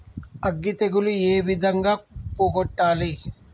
అగ్గి తెగులు ఏ విధంగా పోగొట్టాలి?